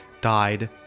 died